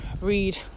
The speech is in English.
read